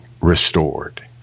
restored